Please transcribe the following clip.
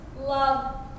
love